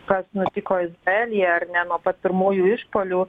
kas nutiko izraelyje ar ne nuo pat pirmųjų išpuolių